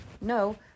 no